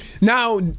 Now